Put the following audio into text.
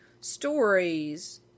stories